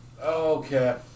okay